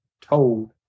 told